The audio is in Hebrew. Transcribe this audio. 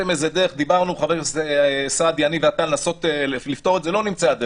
אם היא לא נקלטה היא לא נקלטה.